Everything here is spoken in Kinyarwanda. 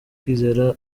kwizera